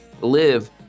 live